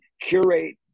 curate